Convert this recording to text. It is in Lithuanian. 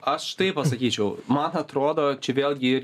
aš taip pasakyčiau man atrodo čia vėlgi